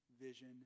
vision